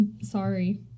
Sorry